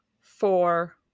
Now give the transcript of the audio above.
four